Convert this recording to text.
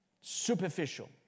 Superficial